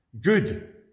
good